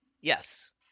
Yes